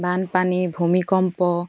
বানপানী ভূমিকম্প